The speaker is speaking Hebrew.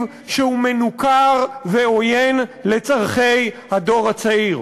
שהוא מנוכר ועוין לצורכי הדור הצעיר,